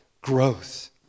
growth